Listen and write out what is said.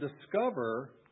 discover